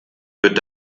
wird